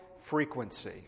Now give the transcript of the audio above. frequency